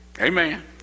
Amen